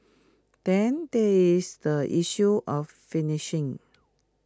then there is the issue of fishing